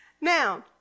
Now